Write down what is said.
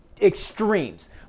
extremes